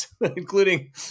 including